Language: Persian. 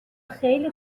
خیلی